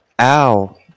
Ow